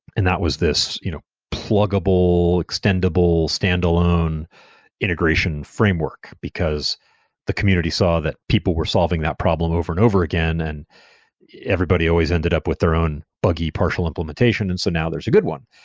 and that was this you know pluggable, extendable, standalone integration framework, because the community saw that people were solving that problem over and over again and everybody always ended up with their own buggy partial implementation. and so now there's a good one,